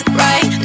right